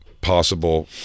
possible